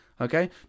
Okay